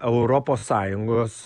europos sąjungos